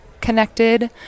connected